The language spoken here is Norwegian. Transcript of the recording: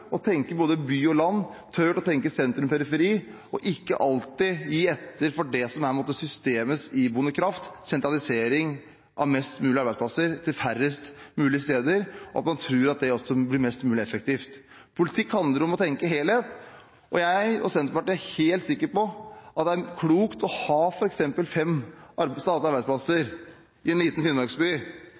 å tenke både by og land, sentrum og periferi, og ikke alltid gi etter for det som er systemets iboende kraft: sentralisering av flest mulig arbeidsplasser til færrest mulig steder, og tro at det også blir mest mulig effektivt. Politikk handler om å tenke helhet. Jeg og Senterpartiet er helt sikre på at det er klokt å ha f.eks. fem statlige arbeidsplasser i en liten finnmarksby,